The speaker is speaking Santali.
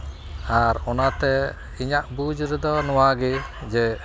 ᱟᱨ ᱚᱱᱟᱛᱮ ᱤᱧᱟᱹᱜ ᱵᱩᱡᱽ ᱨᱮᱫᱚ ᱱᱚᱣᱟᱜᱮ ᱡᱮ